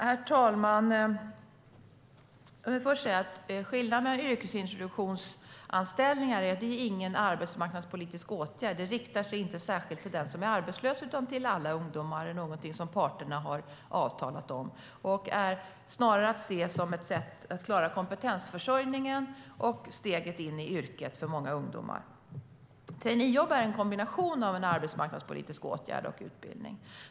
Herr talman! Skillnaden är att yrkesintroduktionsanställningar inte är någon arbetsmarknadspolitisk åtgärd. De riktar sig inte särskilt till den som är arbetslös utan till alla ungdomar, och det är något som parterna har avtalat om. De är snarare att se som ett sätt att klara kompetensförsörjningen och steget in i yrket för många ungdomar. Traineejobb är en kombination av en arbetsmarknadspolitisk åtgärd och utbildning.